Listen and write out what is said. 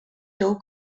tou